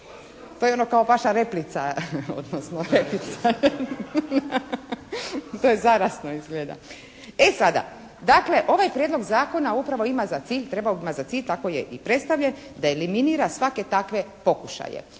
To je ono kao vaša replica odnosno replica. To je zarazno izgleda. E sada dakle ovaj Prijedlog zakona upravo ima za cilj, trebao bi imati za cilj, tako je i predstavljen da eliminira svake takve pokušaje.